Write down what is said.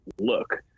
look